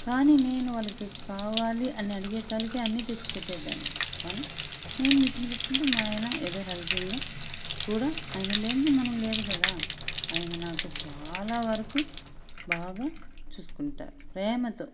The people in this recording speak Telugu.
కానీ నేను వాళ్ళకి ఇది కావాలి అని అడిగేతాళికే అన్ని తెచ్చిపెట్టే దాన్ని కానీ నేను మిషన్ కుట్టుకుంటా మా ఆయన ఎదో హెల్పింగ్ గా కూడా ఆయన లేనిది మనం లేదు కదా ఆయన నాకు చాలా వరకు బాగ చూసుకుంటారు ప్రేమతో